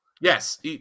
Yes